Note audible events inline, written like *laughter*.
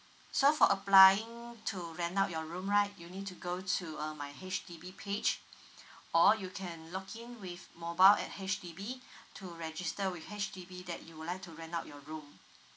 so for applying to rent out your room right you need to go to um my H_D_B page *breath* or you can log in with mobile at H_D_B *breath* to register with H_D_B that you would like to rent out your room